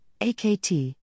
AKT